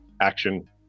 action